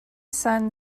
son